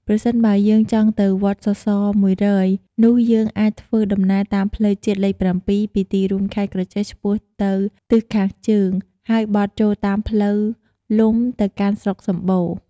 ប្រសិនបើយើងចង់ទៅវត្តសសរ ១០០ នោះយើងអាចធ្វើដំណើរតាមផ្លូវជាតិលេខ ៧ ពីទីរួមខេត្តក្រចេះឆ្ពោះទៅទិសខាងជើង ហើយបត់ចូលតាមផ្លូវលំទៅកាន់ស្រុកសំបូរ ។